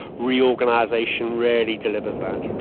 reorganisation rarely delivers that.